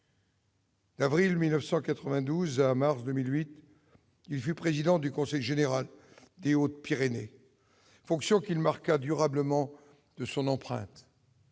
D'avril 1992 à mars 2008, il fut président du conseil général des Hautes-Pyrénées, fonction qu'il marqua durablement de son empreinte.